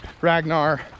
Ragnar